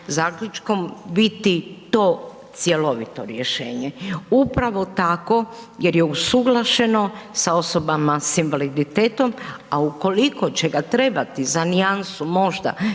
biti to cjelovito rješenje. Upravo tako jer je usuglašeno sa osobama sa invaliditetom, a ukoliko će ga trebati za nijansu možda